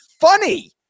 funny